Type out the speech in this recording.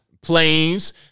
Planes